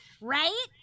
Right